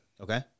Okay